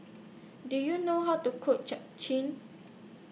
Do YOU know How to Cook Japchae